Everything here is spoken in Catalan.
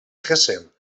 hessen